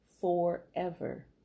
forever